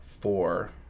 four